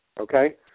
okay